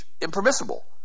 impermissible